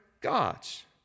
God's